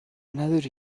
نداری